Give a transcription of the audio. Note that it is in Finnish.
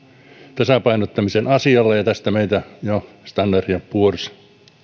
tasapainottamisen asialla ja tästä meitä jo standard poors